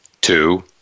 two